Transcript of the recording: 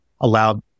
allowed